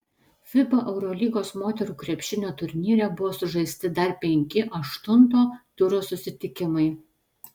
fiba eurolygos moterų krepšinio turnyre buvo sužaisti dar penki aštunto turo susitikimai